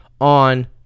on